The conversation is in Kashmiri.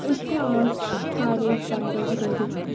أسۍ تہِ ٲسۍ کالیج تَمہِ دۄہ زٕ دۄہ دِوان